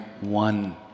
one